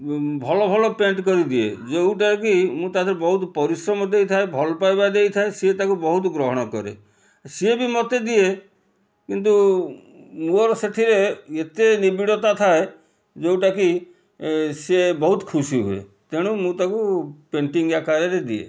ଭଲ ଭଲ ପେଣ୍ଟ୍ କରିଦିଏ ଯେଉଁଟାକି ମୁଁ ତାଦିହେରେ ବହୁତ ପରିଶ୍ରମ ଦେଇଥାଏ ଭଲପାଇବା ଦେଇଥାଏ ସିଏ ତାକୁ ବହୁତ ଗ୍ରହଣକରେ ସିଏ ବି ମୋତେ ଦିଏ କିନ୍ତୁ ମୋର ସେଥିରେ ଏତେ ନିବିଡ଼ତା ଥାଏ ଯୋଉଟାକି ସିଏ ବହୁତ ଖୁସି ହୁଏ ତେଣୁ ମୁଁ ତାକୁ ପେଣ୍ଟିଂ ଆକାରରେ ଦିଏ